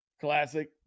classic